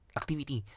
activity